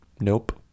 Nope